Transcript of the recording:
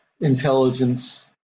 intelligence